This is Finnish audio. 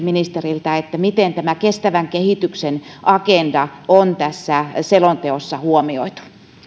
ministeriltä miten tämä kestävän kehityksen agenda on tässä selonteossa huomioitu